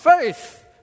faith